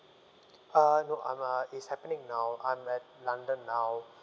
uh no I'm uh is happening now I'm at london now